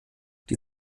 die